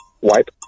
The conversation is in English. wipe